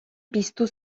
piztu